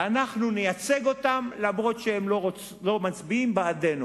ואנחנו נייצג אותם אף-על-פי שהם לא מצביעים בעדנו.